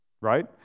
Right